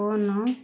phone